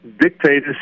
dictators